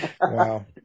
wow